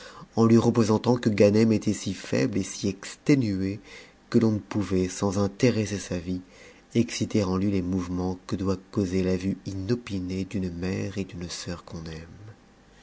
en lui représentant que ganem était si faible et si exténué que l'on ne pouvait sans intéresser sa vie exciter en lui les mouvements que doit causer la vue inopinée d'une mère et d'une soeur qu'on aime